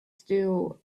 still